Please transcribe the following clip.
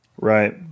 Right